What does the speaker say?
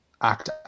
act